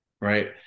right